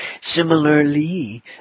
Similarly